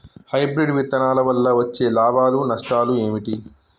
Hybrid విత్తనాల వల్ల వచ్చే లాభాలు నష్టాలు ఏమిటి?